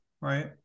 right